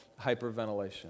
hyperventilation